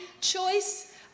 choice